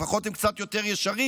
לפחות הם קצת יותר ישרים.